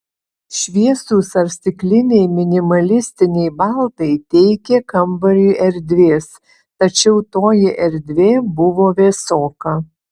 šviesūs ar stikliniai minimalistiniai baldai teikė kambariui erdvės tačiau toji erdvė buvo vėsoka